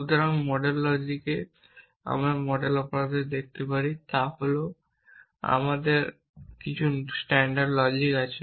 সুতরাং মডেল লজিক্সে মডেল অপারেটররা যা করছে তা হল তারা কিছু স্ট্যান্ডার্ড লজিক নিচ্ছে